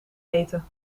eten